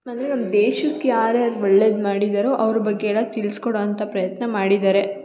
ಅಂದರೆ ನಮ್ಮ ದೇಶಕ್ಕೆ ಯಾರ್ಯಾರು ಒಳ್ಳೇದು ಮಾಡಿದ್ದಾರೊ ಅವ್ರ ಬಗ್ಗೆ ಎಲ್ಲ ತಿಳ್ಸ್ಕೊಡುವಂಥ ಪ್ರಯತ್ನ ಮಾಡಿದ್ದಾರೆ